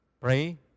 pray